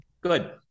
good